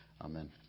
Amen